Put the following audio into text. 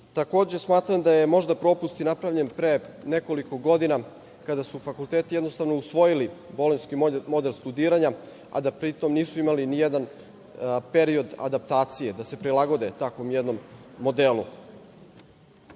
periodu. Takođe, smatram da je možda propust napravljen pre nekoliko godina kada su fakulteti jednostavno usvojili bolonjski model studiranja, a da pritom nisu imali ni jedan period adaptacije, da se prilagode takvom modelu. Poštovane